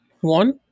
one